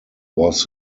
was